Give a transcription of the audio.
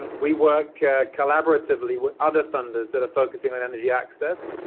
we work collaboratively with other funders that are focusing on energy access.